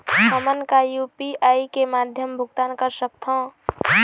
हमन का यू.पी.आई के माध्यम भुगतान कर सकथों?